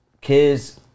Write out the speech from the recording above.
kids